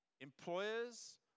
Employers